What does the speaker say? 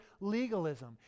legalism